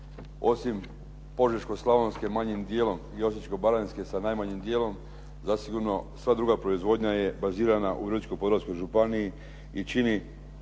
osim Požeško-slavonske manjim dijelom i Osječko-baranjske sa najmanjim dijelom zasigurno sva druga proizvodnja je bazirana u Virovitičko-podravskoj županiji i čini